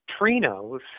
Trino's